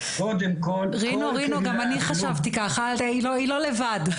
קודם כל כול קהילת לוב רינו גם אני חשבתי ככה היא לא לבד.